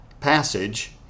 passage